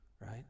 right